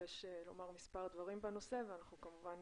ביקש לומר מספר דברים בנושא ואנחנו כמובן